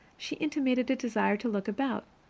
she intimated a desire to look about,